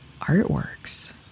artworks